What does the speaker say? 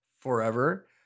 forever